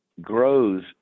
Grows